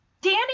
Danny